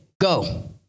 Go